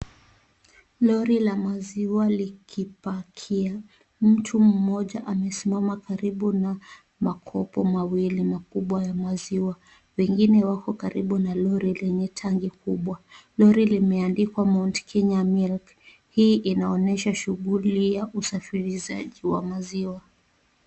Lori la maziwa likipakia . Mtu mmoja amesimama karibu na makopo mawili makubwa ya maziwa. Wengine wako karibu na lori lenye tangi kubwa. Lori limeandikwa Mount Kenya milk. Hii inaonyesha shughuli ya usafirishaji wa maziwa.